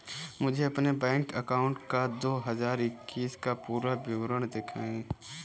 मुझे अपने bank account का दो हज़ार इक्कीस का पूरा विवरण दिखाएँ?